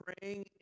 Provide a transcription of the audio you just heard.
praying